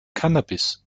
cannabis